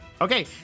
Okay